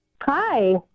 Hi